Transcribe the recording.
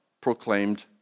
proclaimed